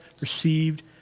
received